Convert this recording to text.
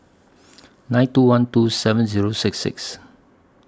nine two one two seven Zero six six